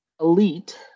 elite